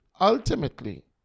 ultimately